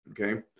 okay